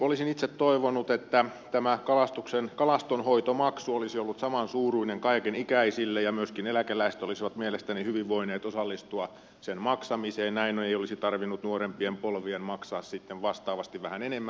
olisin itse toivonut että tämä kalastuksen kalastonhoitomaksu olisi ollut samansuuruinen kaikenikäisille ja myöskin eläkeläiset olisivat mielestäni hyvin voineet osallistua sen maksamiseen näin ei olisi tarvinnut nuorempien polvien maksaa sitten vastaavasti vähän enemmän